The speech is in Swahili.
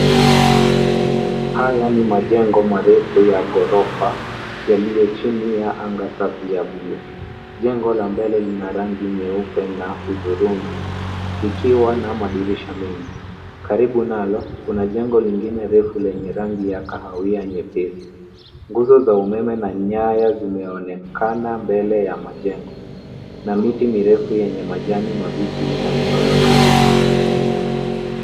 Haya ni majengo marefu ya ghorofa yaliyo chini ya anga safi ya bluu. Jengo la mbele lina rangi nyeupe na hudhurungi, ikiwa na madirisha mengi. Karibu nalo kuna jengo lingine refu lenye rangi ya kahawia nyepesi. Nguzo za umeme na nyaya zimeonekana mbele ya majengo na miti mirefu yenye majani mabichi inasimama karibu.